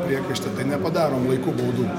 priekaištą tai nepadarom laiku baudų